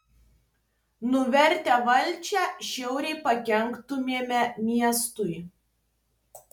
nuvertę valdžią žiauriai pakenktumėme miestui